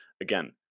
again